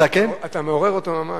אתה מעורר אותו ממש.